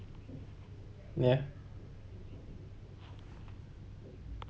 ya